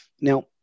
Now